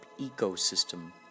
Ecosystem